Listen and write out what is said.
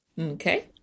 Okay